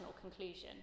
conclusion